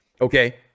Okay